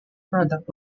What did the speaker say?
product